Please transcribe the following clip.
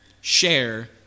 share